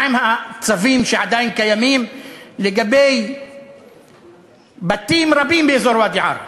מה עם הצווים שעדיין קיימים לגבי בתים רבים באזור ואדי-עארה,